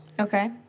Okay